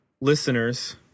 listeners